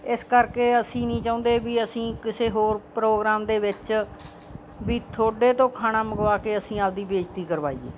ਇਸ ਕਰਕੇ ਅਸੀਂ ਨਹੀਂ ਚਾਹੁੰਦੇ ਵੀ ਅਸੀਂ ਕਿਸੇ ਹੋਰ ਪ੍ਰੋਗਰਾਮ ਦੇ ਵਿੱਚ ਵੀ ਤੁਹਾਡੇ ਤੋਂ ਖਾਣਾ ਮੰਗਵਾ ਕੇ ਅਸੀਂ ਆਪਣੀ ਬੇਇੱਜ਼ਤੀ ਕਰਵਾਈਏ